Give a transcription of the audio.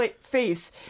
face